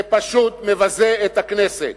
זה פשוט מבזה את הכנסת".